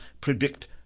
PREDICT